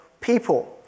people